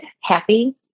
happy